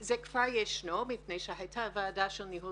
שזה כבר קיים מפני שהייתה ועדה של ניהול